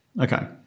Okay